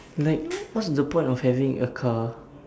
like what's the point of having a car